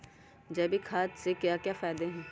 जैविक खाद के क्या क्या फायदे हैं?